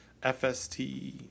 FST